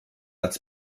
als